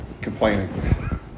complaining